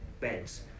beds